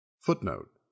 Footnote